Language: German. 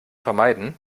vermeiden